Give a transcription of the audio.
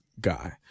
guy